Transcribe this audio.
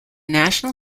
national